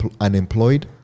unemployed